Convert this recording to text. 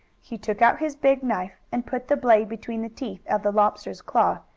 he took out his big knife, and put the blade between the teeth of the lobster's claw,